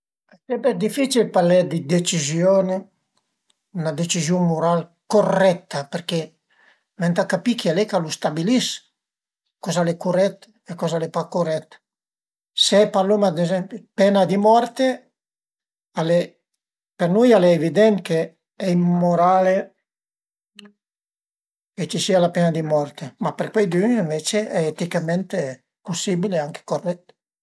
Al e sempre dificil parlé dë decizione, 'na decizun mural corretta perché venta capì chi al e ch'a lu stabilis coza al e curèt e coze al e pa curèt. Se parluma ad ezempi d'la pena di morte al e për nui al e evident che è immorale che ci sia la pena di morte, ma për cuaidün ënvece è eticamente possibile e anche corretta